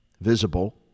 visible